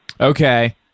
Okay